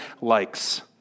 likes